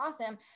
awesome